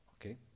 okay